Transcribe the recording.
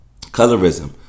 Colorism